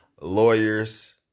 lawyers